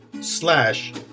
slash